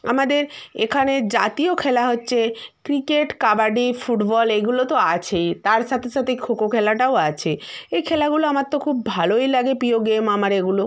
আমাদের এখানের জাতীয় খেলা হচ্ছে ক্রিকেট কাবাডি ফুটবল এগুলো তো আছেই তার সাথে সাথে খোখো খেলাটাও আছে এই খেলাগুলো আমার তো খুব ভালোই লাগে প্রিয় গেম আমার এগুলো